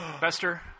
Bester